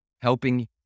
helping